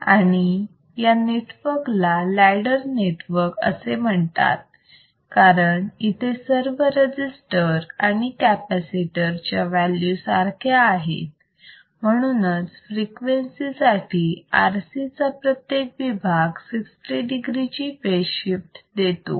आणि या नेटवर्क ला लॅडर नेटवर्क असे म्हणतात कारण इथे सर्व रजिस्टर आणि कॅपॅसिटर च्या व्हॅल्यू सारख्या आहेत म्हणूनच फ्रिक्वेन्सी साठी RC चा प्रत्येक विभाग 60 degree ची फेज शिफ्ट देतो